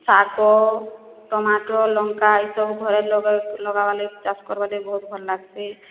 ଶାଗ ଟୋମାଟୋ ଲଙ୍କା ଏ ସବୁ ଘରେ ଲଗାବାର୍ ଲାଗି ଚାଷ କର୍ବାର୍ ଲାଗି ବହୁତ ଭଲ ଲାଗ୍ସି